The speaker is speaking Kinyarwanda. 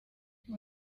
ngo